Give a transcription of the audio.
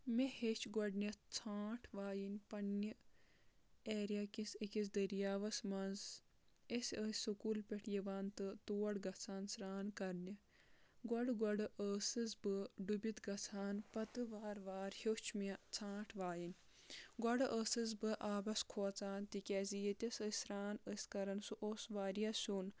مےٚ ہیٚچھ گۄڈٕنیٚتھ ژھانٛٹھ وایِنۍ پنٕنہِ ایریا کِس أکِس دٔریاوَس منٛز أسۍ ٲسۍ سکوٗل پؠٹھ یِوان تہٕ تورگژھان سرٛان کَرنہِ گۄڈٕ گۄڈٕ ٲسٕس بہٕ ڈُبِتھ گژھان پتہٕ وارٕ وارٕ ہیٚوچھ مےٚ ژھانٛٹھ وایِنۍ گۄڈٕ ٲسٕس بہٕ آبَس کھوژان تِکیازِ ییٚتس ٲسۍ سرٛان ٲسۍ کران سُہ اوس واریاہ سرٛون